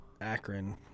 Akron